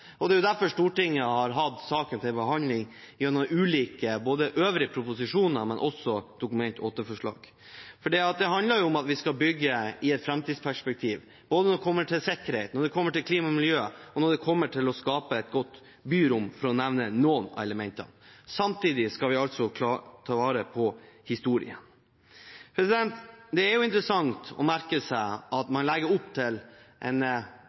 Det er derfor Stortinget har hatt saken til behandling gjennom både øvrige proposisjoner og også Dokument 8-forslag, for det handler om at vi skal bygge i et framtidsperspektiv både når det kommer til sikkerhet, når det kommer til klima og miljø, og når det kommer til å skape et godt byrom, for å nevne noen av elementene. Samtidig skal vi altså ta vare på historien. Det er interessant å merke seg at man legger opp til en